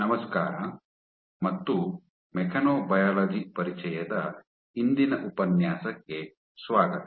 ನಮಸ್ಕಾರ ಮತ್ತು ಮೆಕ್ಯಾನೊಬಯಾಲಜಿ ಪರಿಚಯದ ಇಂದಿನ ಉಪನ್ಯಾಸಕ್ಕೆ ಸ್ವಾಗತ